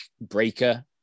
breaker